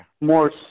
More